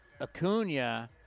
Acuna